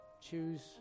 Choose